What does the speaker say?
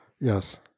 yes